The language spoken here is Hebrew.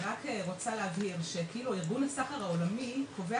אני רק רוצה להבהיר שכאילו ארגון הסחר העולמי קובע